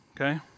Okay